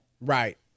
Right